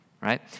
right